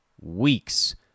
weeks